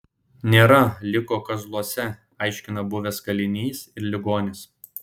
nėra liko kazluose aiškina buvęs kalinys ir ligonis